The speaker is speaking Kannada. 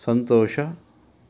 ಸಂತೋಷ